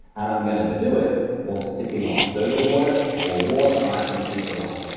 and i'm going to do it while sipping on soda water, or water, ice, and a piece of lime.